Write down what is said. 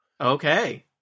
Okay